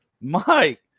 Mike